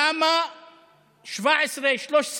למה 17, 13,